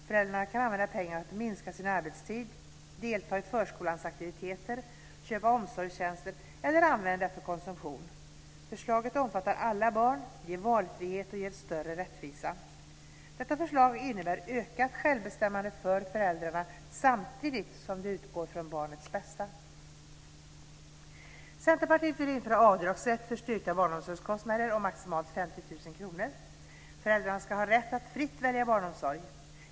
Föräldrarna kan använda pengarna för att minska sin arbetstid, delta i förskolans aktiviteter, köpa omsorgstjänster eller använda för konsumtion. Förslaget omfattar alla barn, ger valfrihet och större rättvisa. Detta förslag innebär ökat självbestämmande för föräldrarna samtidigt som det utgår från barnets bästa. Centerpartiet vill införa avdragsrätt för styrkta barnomsorgskostnader om maximalt 50 000 kr. Föräldrarna ska ha rätt att fritt välja barnomsorg.